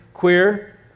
queer